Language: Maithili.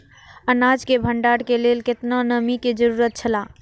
अनाज के भण्डार के लेल केतना नमि के जरूरत छला?